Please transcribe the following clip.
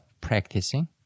practicing